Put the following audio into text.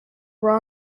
were